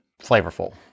flavorful